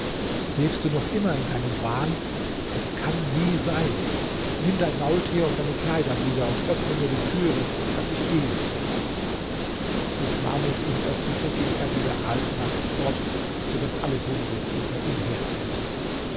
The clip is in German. lebst du noch immer in deinem wahn das kann nie sein nimm dein maultier und deine kleider wieder und öffne mir die türe daß ich gehe als mahmud ihm öffnete ging er wieder halb nackt fort so daß alle hunde hinter ihm her bellten